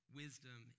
wisdom